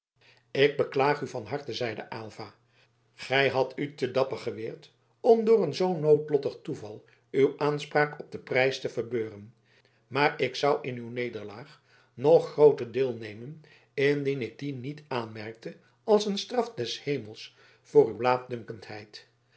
ik beklaag u van harte zeide aylva gij hadt u te dapper geweerd om door een zoo noodlottig toeval uw aanspraak op den prijs te verbeuren maar ik zou in uw nederlaag nog grooter deel nemen indien ik die niet aanmerkte als een straf des hemels voor uw